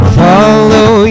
follow